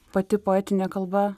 pati poetinė kalba